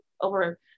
over